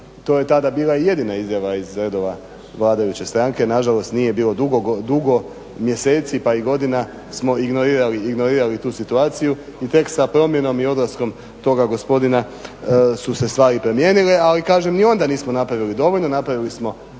to je tada bila i jedina izjava iz redova vladajuće stranke, nažalost nije bilo dugo mjeseci pa i godina smo ignorirali tu situaciju i tek sa promjenom i odlaskom toga gospodina su se stvari promijenile, ali kažem, ni onda nismo napravili dovoljno, napravili smo